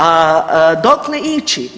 A dokle ići?